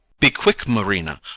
be quick, marina,